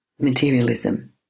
materialism